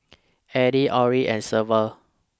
Alline Orin and Severt